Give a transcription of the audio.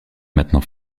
maintenant